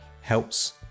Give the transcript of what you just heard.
helps